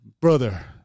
brother